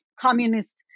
communist